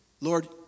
Lord